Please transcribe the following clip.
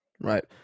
Right